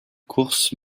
course